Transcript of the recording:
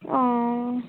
ও